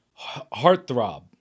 heartthrob